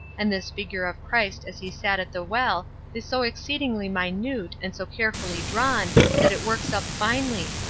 and this figure of christ as he sat at the well is so exceedingly minute and so carefully drawn that it works up finely.